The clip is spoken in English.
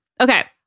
Okay